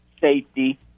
safety